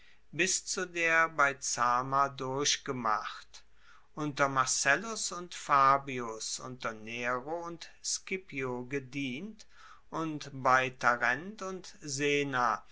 bis zu der bei zama durchgemacht unter marcellus und fabius unter nero und scipio gedient und bei tarent und sena